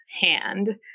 hand